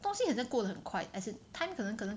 东西好像过的很快 as in time 可能可能